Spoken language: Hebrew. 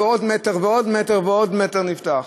ועוד מטר ועוד מטר ועוד מטר נפתח.